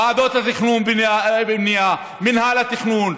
ועדות התכנון והבנייה, מינהל התכנון,